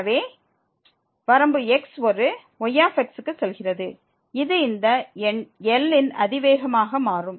எனவே வரம்பு x ஒரு y க்கு செல்கிறது இது இந்த எண் L இன் அதிவேகமாக மாறும்